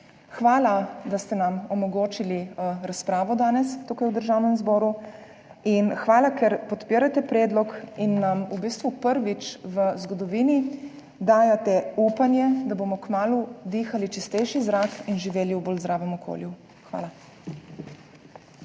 Hvala, da ste nam omogočili razpravo danes tukaj v Državnem zboru, in hvala, ker podpirate predlog in nam v bistvu prvič v zgodovini dajete upanje, da bomo kmalu dihali čistejši zrak in živeli v bolj zdravem okolju. Hvala.